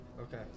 Okay